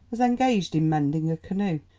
was engaged in mending a canoe.